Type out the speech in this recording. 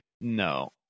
No